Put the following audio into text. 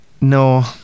no